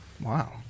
Wow